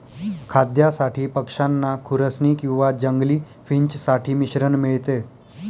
खाद्यासाठी पक्षांना खुरसनी किंवा जंगली फिंच साठी मिश्रण मिळते